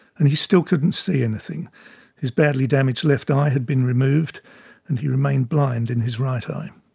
and he still couldn't see anything his badly damaged left eye had been removed and he remained blind in his right eye.